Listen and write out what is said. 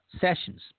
Sessions